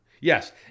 Yes